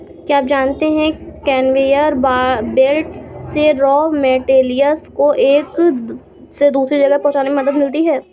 क्या आप जानते है कन्वेयर बेल्ट से रॉ मैटेरियल्स को एक से दूसरे जगह पहुंचने में मदद मिलती है?